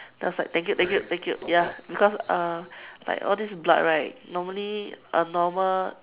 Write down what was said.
then I was like thank you thank you thank you ya because uh like this blood right normally a normal